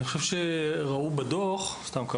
אני חושב שגם היה פרסום במשרד הבריאות של דוח כוח אדם.